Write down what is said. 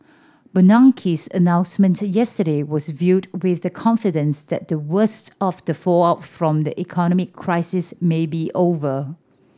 Bernanke's announcement yesterday was viewed with confidence that the worst of the fallout from the economic crisis may be over